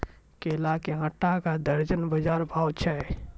केला के आटा का दर्जन बाजार भाव छ?